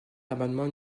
l’amendement